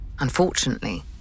Unfortunately